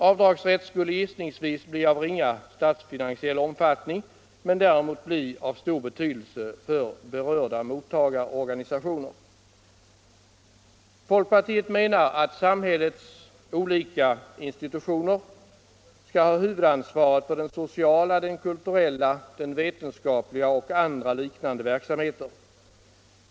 Avdragsrätt skulle gissningsvis bli av ringa statsfinansiell omfattning Nr 43 men arSmor bli av stor betydelse (ör FANER MOttägsförgapisationer Torsdagen den Folkpartiet menar att samhällets olika institutioner skall ha huvud 20 mars 1975 ansvaret för sociala, kulturella, vetenskapliga och andra liknande verksamheter.